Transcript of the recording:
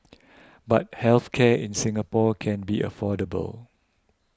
but health care in Singapore can be affordable